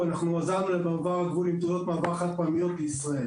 אנחנו בדיון מעקב על פעילות מתווה ההגעה של אזרחי אוקראינה לארץ,